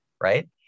right